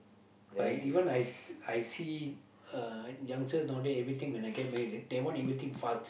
but even I I see uh youngster now day everything when I get married they they want everything fast